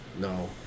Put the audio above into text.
No